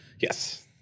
Yes